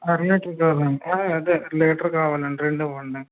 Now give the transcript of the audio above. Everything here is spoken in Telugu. అర లీటర్ కావాలండి అదే లీటర్ కావాలండి రెండు ఇవ్వండి